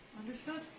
Understood